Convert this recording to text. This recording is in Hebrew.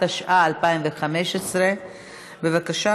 התשע"ה 2015. בבקשה,